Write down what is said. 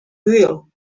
will